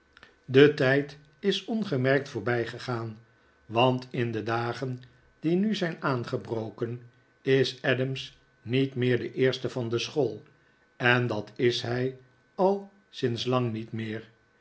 de tijd is ongemerkt voorbij gegaan want in de dagen die nu zijn aangebroken is adams niet meer de eerste van de school en dat is hij al sinds lang niet meer